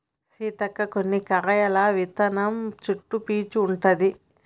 సీతక్క కొన్ని కాయల విత్తనం చుట్టు పీసు ఉంటది